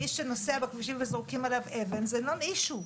מי שנוסע בכבישים וזורקים אליו אבן זה non-issue,